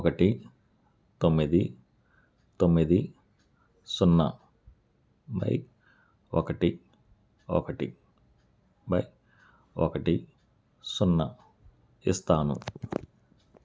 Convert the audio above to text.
ఒకటి తొమ్మిది తొమ్మిది సున్నా బై ఒకటి ఒకటి బై ఒకటి సున్నా ఇస్తాను